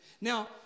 Now